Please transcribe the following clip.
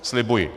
Slibuji.